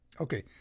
Okay